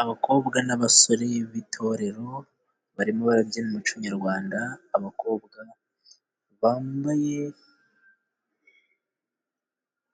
Abakobwa n'abasore b'itorero, barimo barabyina umuco nyarwanda, abakobwa bambaye